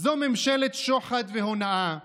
זו ממשלת שוחד והונאה,